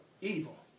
Evil